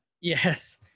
yes